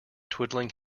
twiddling